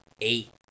eight